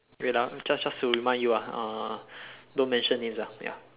wait ah just just to remind you ah uh don't mention names ah ya